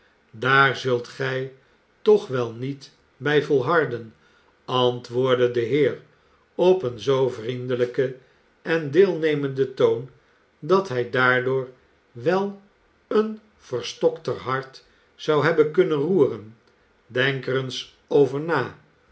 daar zult gij toch wel niet bij volharden antwoordde de heer op een zoo vriendelijken en deelnemenden toon dat hij daardoor wel een verstokter hart zou hebben kunnen roeren denk er eens over na